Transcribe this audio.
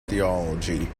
theology